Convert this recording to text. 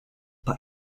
but